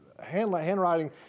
handwriting